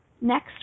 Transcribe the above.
next